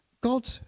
God